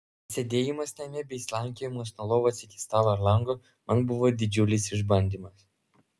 sėdėjimas namie bei slankiojimas nuo lovos iki stalo ar lango man buvo didžiulis išbandymas